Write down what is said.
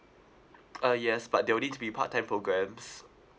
uh yes but they'll need to be part time programmes